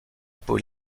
pôle